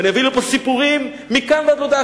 ואני אביא לפה סיפורים מכאן ועד הודעה